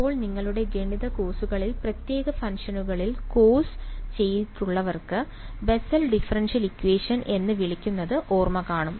ഇപ്പോൾ നിങ്ങളുടെ ഗണിത കോഴ്സുകളിൽ പ്രത്യേക ഫംഗ്ഷനുകളിൽ കോഴ്സ് ചെയ്തിട്ടുള്ളവർ ബെസൽ ഡിഫറൻഷ്യൽ ഇക്വേഷൻ എന്ന് വിളിക്കുന്നത് ഓർക്കും